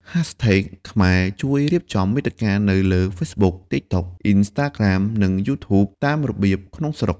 hashtags ខ្មែរជួយរៀបចំមាតិកានៅលើ Facebook, TikTok, Instagram និង YouTube តាមរបៀបក្នុងស្រុក។